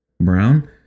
Brown